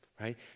right